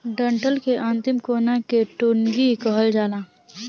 डंठल के अंतिम कोना के टुनगी कहल जाला